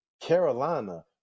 Carolina